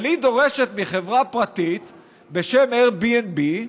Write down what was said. אבל היא דורשת מחברה פרטית בשם Airbnb,